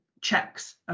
Checks